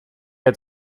had